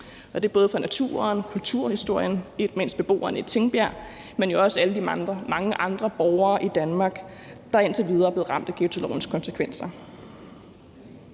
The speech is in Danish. er trist, både for naturen, kulturhistorien og ikke mindst beboerne i Tingbjerg, men også de mange andre borgere i Danmark, der indtil videre er blevet ramt af ghettolovens konsekvenser.